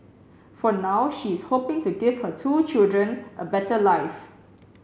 for now she is hoping to give her two children a better life